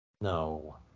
No